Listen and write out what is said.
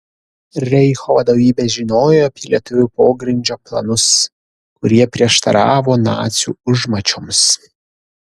reicho vadovybė žinojo apie lietuvių pogrindžio planus kurie prieštaravo nacių užmačioms